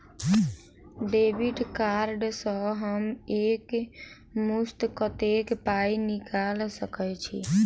Debit card सँ हम एक मुस्त कत्तेक पाई निकाल सकय छी?